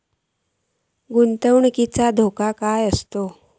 गुंतवणुकीत धोको आसा काय?